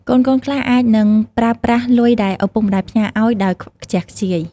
កូនៗខ្លះអាចនឹងប្រើប្រាស់លុយដែលឪពុកម្តាយផ្ញើឱ្យ ដោយខ្ជះខ្ជាយ។